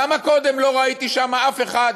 למה קודם לא ראיתי אף אחד